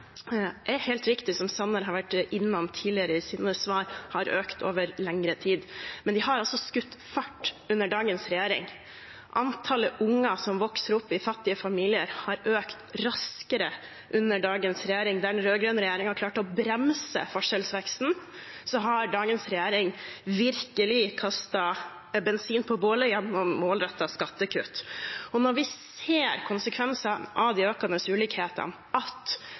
Det er helt riktig som Sanner har vært innom tidligere i sine svar, at forskjellene i Norge har økt over lengre tid. Men de har altså skutt fart under dagens regjering. Antallet unger som vokser opp i fattige familier har økt raskt under dagens regjering. Der den rød-grønne regjeringen klarte å bremse forskjellsveksten, har dagens regjering virkelig kastet bensin på bålet gjennom målrettede skattekutt. Når vi ser konsekvensene av de økte ulikhetene, at